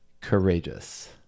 courageous